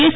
S